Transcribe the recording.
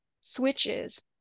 switches